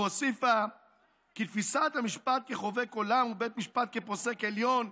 והוסיפה כי תפיסת המשפט כחובק עולם ובית משפט כפוסק עליון,